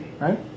right